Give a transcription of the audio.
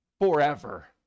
Forever